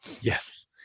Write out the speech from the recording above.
Yes